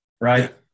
right